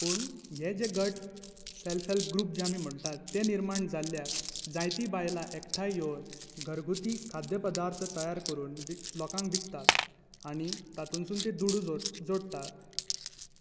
पूण हे जे गट सेल्फ हेल्प ग्रुप जे आमी म्हणटा ते निर्माण जाल्ल्याक जायतीं बायलां एकठांय येवन घरगुती खाद्य पदार्थ तयार करून ती लोकांक विकतात आनी तातूंतसून ते दुडू जोड जोडटात